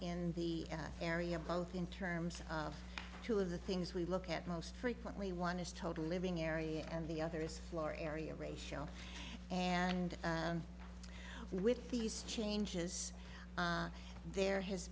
in the area both in terms of two of the things we look at most frequently one is total living area and the other is floor area ratio and with these changes there has